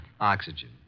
Oxygen